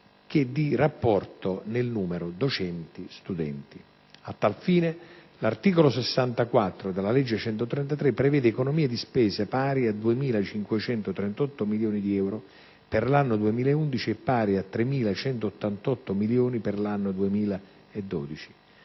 che di rapporto nel numero docenti-studenti. A tal fine, l'articolo 64, comma 6, della legge n. 133, prevede economie di spesa pari a 2.538 milioni di euro per l'anno 2011 e pari a 3.188 milioni per l'anno 2012.